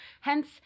hence